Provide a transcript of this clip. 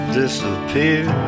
disappear